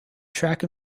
track